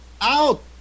Out